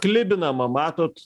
klibinama matot